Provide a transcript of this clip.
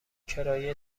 کرایه